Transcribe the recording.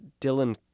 Dylan